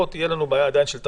תהיה לנו עדיין בעיה של תחלואה,